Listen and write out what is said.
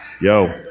yo